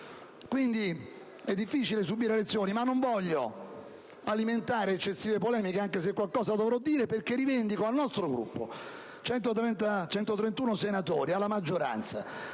Quindi, è difficile subire lezioni. Ma non voglio alimentare eccessive polemiche, anche se qualcosa dovrò dire perché rivendico al nostro Gruppo (131 senatori) e alla maggioranza